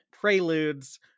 preludes